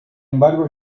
embargo